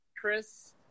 Chris